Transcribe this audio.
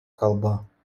kalba